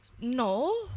No